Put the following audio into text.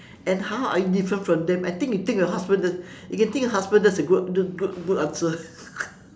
and how are you different from them I think you take your husband you can think of your husband that is a good good answer